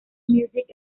music